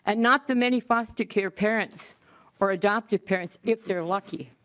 and not the many foster care parents were adopted parents if they are lucky.